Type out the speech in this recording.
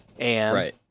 Right